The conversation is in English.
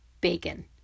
bacon